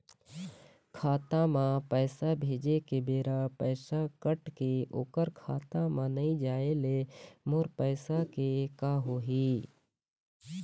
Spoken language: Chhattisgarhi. खाता म पैसा भेजे के बेरा पैसा कट के ओकर खाता म नई जाय ले मोर पैसा के का होही?